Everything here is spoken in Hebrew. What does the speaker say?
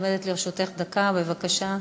עומדת לרשותך דקה, בבקשה.